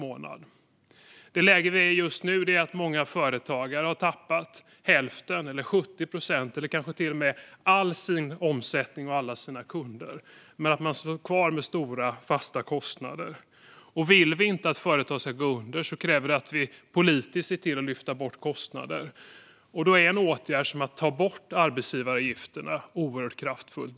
Just nu är vi i ett läge där många företag har tappat hälften, 70 procent eller kanske till och med hela sin omsättning och alla sina kunder men står kvar med stora fasta kostnader. Om vi inte vill att företag ska gå under krävs att vi politiskt ser till att kostnader lyfts bort, och då är en åtgärd som att ta bort arbetsgivaravgifterna oerhört kraftfull.